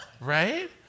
right